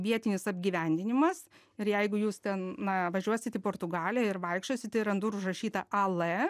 vietinis apgyvendinimas ir jeigu jūs ten na važiuosit į portugaliją ir vaikščiosit ir ant durų užrašyta a l